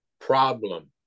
problem